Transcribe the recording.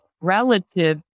relative